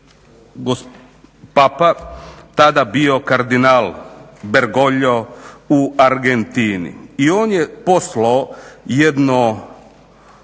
Papa tada bio kardinal Bergoglio u Argentini i on je poslao jedno